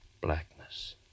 Blackness